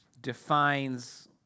defines